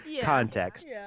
context